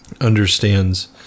understands